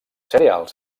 cereals